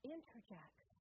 Interject